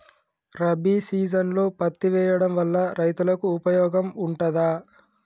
రబీ సీజన్లో పత్తి వేయడం వల్ల రైతులకు ఉపయోగం ఉంటదా?